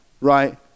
right